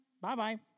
Bye-bye